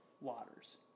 waters